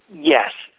yes.